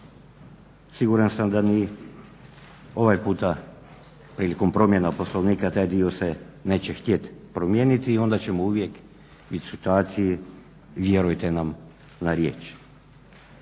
Siguran sam da ni ovaj puta prilikom promjena Poslovnika taj dio se neće htjeti promijeniti i onda ćemo uvijek biti u situaciji, vjerujte nam na riječ.